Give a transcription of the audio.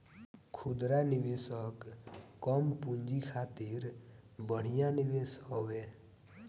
खुदरा निवेशक कम पूंजी खातिर बढ़िया निवेश हवे